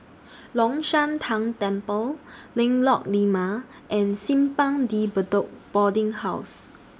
Long Shan Tang Temple Lengkok Lima and Simpang De Bedok Boarding House